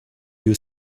you